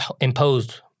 imposed